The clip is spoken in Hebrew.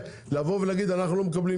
להגיד: אנחנו לא מקבלים,